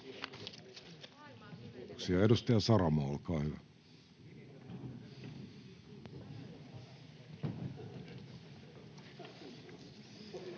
Edustaja Saramo, olkaa hyvä.